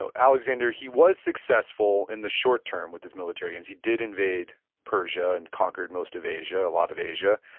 ah alexander, he was successful in the short term with his military aims. he did invade persia, and conquered most of asia, a lot of asia.